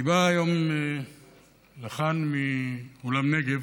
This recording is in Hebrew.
אני בא היום לכאן מאולם נגב